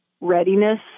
readiness